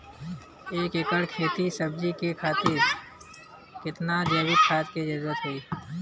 एक एकड़ सब्जी के खेती खातिर कितना जैविक खाद के जरूरत होई?